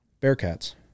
Bearcats